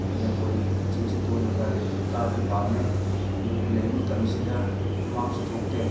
ꯑꯗꯨꯅ ꯑꯩꯈꯣꯏ ꯆꯤꯡꯁꯦ ꯇꯣꯏꯅ ꯀꯥꯖꯩ ꯀꯥꯕꯁꯨ ꯄꯥꯝꯃꯦ ꯌꯨꯝꯗ ꯂꯩꯕ ꯃꯇꯝꯁꯤꯗ ꯍꯨꯃꯥꯡꯁꯨ ꯊꯣꯛꯇꯦ